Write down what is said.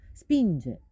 spinge